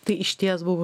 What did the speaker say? tai išties buvo